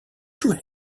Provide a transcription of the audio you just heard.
two